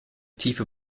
tiefe